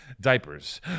diapers